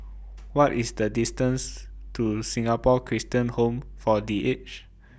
What IS The distance to Singapore Christian Home For The Aged